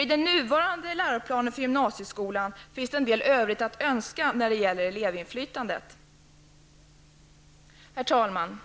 I den nuvarande läroplanen för gymnasieskolan finns en del övrigt att önska när det gäller elevinflytandet. Herr talman!